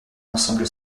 ensemble